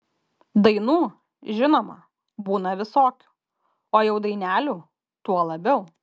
dainų žinoma būna visokių o jau dainelių tuo labiau